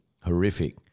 Horrific